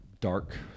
dark